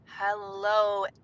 Hello